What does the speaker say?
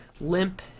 limp